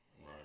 Right